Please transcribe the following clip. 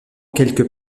quelques